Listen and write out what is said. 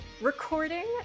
recording